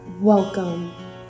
Welcome